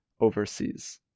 overseas